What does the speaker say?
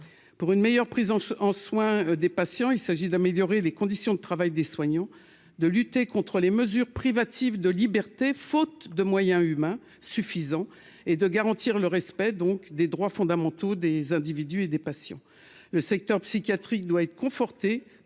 pour une meilleure prise en en soins des patients, il s'agit d'améliorer les conditions de travail des soignants de lutter contres les mesures privatives de liberté, faute de moyens humains suffisants et de garantir le respect, donc des droits fondamentaux des individus et des patients, le secteur psychiatrique doit être conforté